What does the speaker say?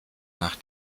nach